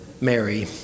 Mary